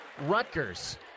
Rutgers